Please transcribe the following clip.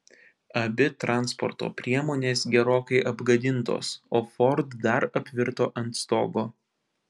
abi transporto priemonės gerokai apgadintos o ford dar apvirto ant stogo